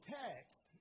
text